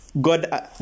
God